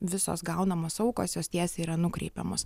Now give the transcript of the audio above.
visos gaunamos aukos jos tiesiai yra nukreipiamos